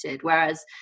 Whereas